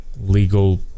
legal